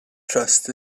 trust